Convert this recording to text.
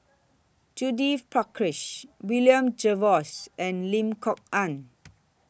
Judith Prakash William Jervois and Lim Kok Ann